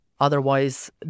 Otherwise